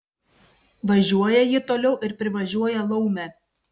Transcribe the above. važiuoja ji toliau ir privažiuoja laumę